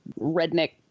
redneck